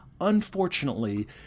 Unfortunately